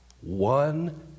one